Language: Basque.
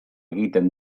egiten